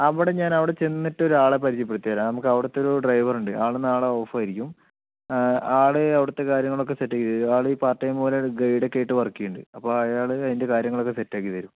അവിടെ ഞാൻ അവിടെ ചെന്നിട്ടൊരു ആളെ പരിചയപ്പെടുത്തിത്തരാം നമുക്ക് അവിടുത്തൊരു ഡ്രൈവർ ഉണ്ട് ആൾ നാളെ ഓഫ് ആയിരിക്കും ആള് അവിടുത്തെ കാര്യങ്ങളൊക്കെ സെറ്റാക്കിത്തരും ആൾ ഈ പാർട്ട് ടൈം പോലെ ഗൈഡ് ഒക്കെ ആയിട്ട് വർക്ക് ചെയ്യുന്നുണ്ട് അപ്പോൾ അയാൾ അതിൻ്റെ കാര്യങ്ങളൊക്കെ സെറ്റ് ആക്കിത്തരും